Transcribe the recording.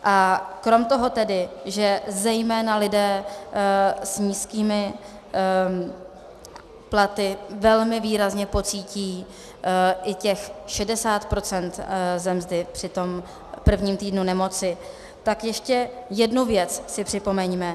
A krom toho, že zejména lidé s nízkými platy velmi výrazně pocítí i těch 60 procent ze mzdy při tom prvním týdnu nemoci, tak ještě jednu věc si připomeňme.